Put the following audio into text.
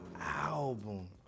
album